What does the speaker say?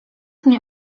mnie